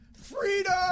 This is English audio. freedom